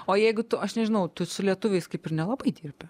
o jeigu tu aš nežinau tu su lietuviais kaip ir nelabai dirbi